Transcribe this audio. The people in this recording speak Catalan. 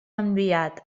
enviat